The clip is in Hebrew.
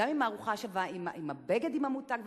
גם עם הארוחה השווה, עם הבגד עם המותג וכדומה,